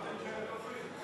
אמרת שאין דוברים.